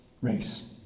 race